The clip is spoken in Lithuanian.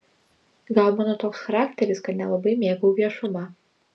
gal mano toks charakteris kad nelabai mėgau viešumą